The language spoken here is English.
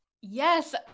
Yes